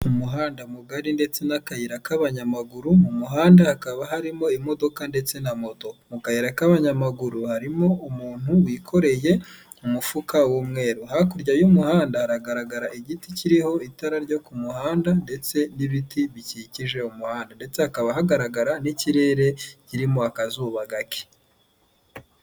Umuhanda mugari ndetse n'akayira k'abanyamaguru, mu muhanda hakaba harimo imodoka ndetse na moto. Mu kayira k'abanyamaguru harimo umuntu wikoreye umufuka w'umweru. Hakurya y'umuhanda hagaragara igiti kiriho itara ryo ku muhanda, ndetse n'ibiti bikikije umuhanda. Ndetse hakaba hagaragara n'ikirere kirimo akazuba gake.